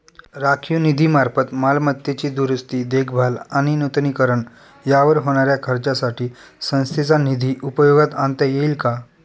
राखीव निधीमार्फत मालमत्तेची दुरुस्ती, देखभाल आणि नूतनीकरण यावर होणाऱ्या खर्चासाठी संस्थेचा निधी उपयोगात आणता येईल का?